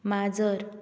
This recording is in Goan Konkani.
माजर